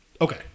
okay